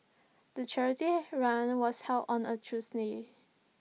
the charity run was held on A Tuesday